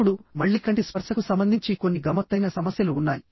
ఇప్పుడు మళ్ళీ కంటి స్పర్శకు సంబంధించి కొన్ని గమ్మత్తైన సమస్యలు ఉన్నాయి